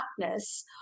darkness